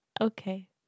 okay